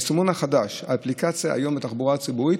היישומון החדש, האפליקציה, בתחבורה הציבורית,